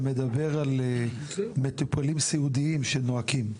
מדבר על מטופלים סיעודיים שנואקים.